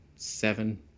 seven